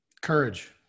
Courage